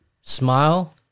smile